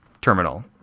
terminal